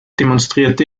demonstrierte